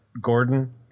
Gordon